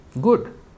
Good